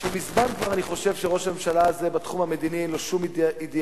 שכבר מזמן אני חושב שראש הממשלה הזה בתחום המדיני אין לו שום אידיאלים.